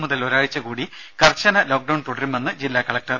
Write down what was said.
മുതൽ ഒരാഴ്ച കൂടി കർശന ലോക്ക്ഡൌൺ തുടരുമെന്ന് ജില്ലാ കലക്ടർ